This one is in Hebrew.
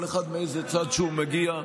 כל אחד מאיזה צד שהוא מגיע.